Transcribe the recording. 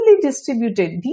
distributed